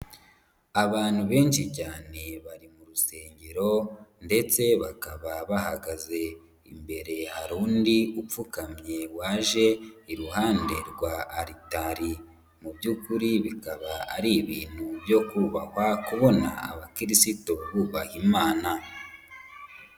Abantu benshi cyane bari mu rusengero ndetse bakaba bahagaze, imbere hari undi upfukamye waje iruhande rwa aritari, mu by'ukuri bikaba ari ibintu byo kubaha kubona abakirisitu bubaha Imana.